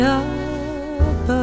up